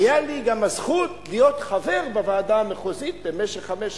היתה לי גם הזכות להיות חבר בוועדה המחוזית במשך חמש שנים,